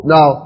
Now